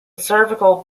cervical